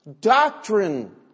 Doctrine